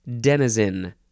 denizen